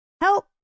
Help